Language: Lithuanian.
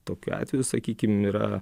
tokiu atveju sakykim yra